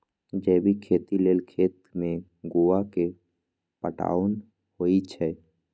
जैविक खेती लेल खेत में गोआ के पटाओंन होई छै